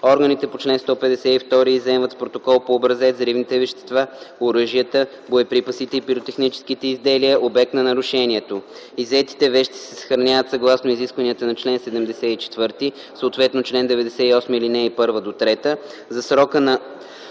органите по чл. 152 изземват с протокол по образец взривните вещества, оръжията, боеприпасите и пиротехническите изделия - обект на нарушението. Иззетите вещи се съхраняват съгласно изискванията на чл. 74, съответно чл. 98, ал. 1-3, за срока на